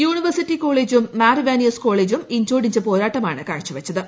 university കോളേജും മാർ ഇവാനിയോസ് കോളേജും ഇഞ്ചോടിഞ്ച് പോരാട്ടമാണ് കാഴ്ച വച്ചത്